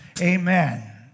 Amen